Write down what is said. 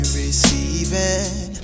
receiving